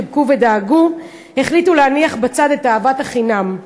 חיבקו ודאגו החליטו להניח בצד את אהבת החינם.